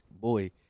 Boy